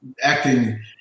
acting